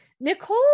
Nicole